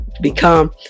become